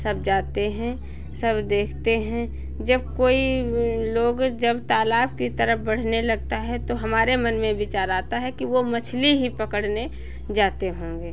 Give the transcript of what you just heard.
सब जाते हैं सब देखते हैं जब कोई लोग जब तालाब की तरफ़ बढ़ने लगता है तो हमारे मन में विचार आता है कि वो मछली ही पकड़ने जाते होंगे